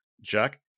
Jack